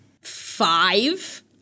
five